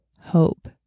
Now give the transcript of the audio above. hope